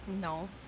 No